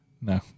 no